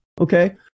Okay